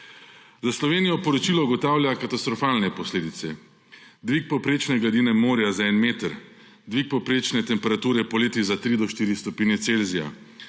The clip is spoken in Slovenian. Za Slovenijo poročilo ugotavlja katastrofalne posledice: dvig povprečne gladine morja za en meter, dvig povprečne temperature poleti za 3 do 4 stopinje Celzija,